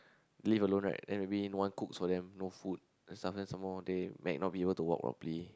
live alone right then maybe no one cooks for them no food sometimes some more they might not be able to walk properly